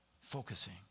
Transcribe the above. focusing